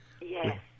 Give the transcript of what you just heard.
Yes